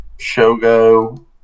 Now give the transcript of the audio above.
Shogo